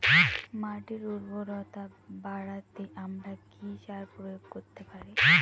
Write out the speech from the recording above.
মাটির উর্বরতা বাড়াতে আমরা কি সার প্রয়োগ করতে পারি?